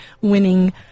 winning